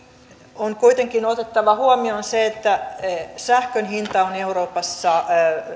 on kuitenkin otettava huomioon se että sähkön hinta on euroopassa